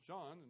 John